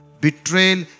betrayal